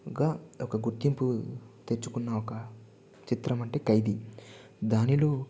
ఇంకా ఒక గుర్తింపు తెచ్చుకున్న ఒక చిత్రం అంటే ఖైదీ దానిలో